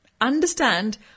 understand